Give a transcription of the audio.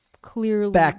clearly